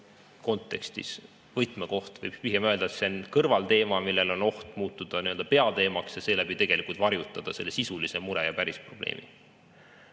kontekstis võtmekoht. Võib pigem öelda, et see on kõrvalteema, millel on oht muutuda peateemaks ja seeläbi tegelikult varjutada seda sisulist mure ja päris probleemi.